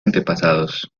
antepasados